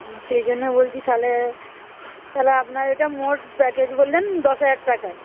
ও সেই জন্য বলছি তাহলে তাহলে আপনার এটা মোট প্যাকেজ বললেন দশ হাজার টাকায়